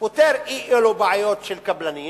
פותר אי-אלו בעיות של קבלנים,